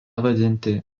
vadinti